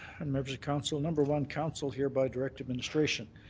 and members of council, number one, council hereby direct administration.